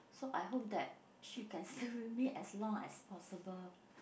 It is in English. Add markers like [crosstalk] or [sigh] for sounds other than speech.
so I hope that she can [breath] stay with me as long as possible